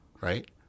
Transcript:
Right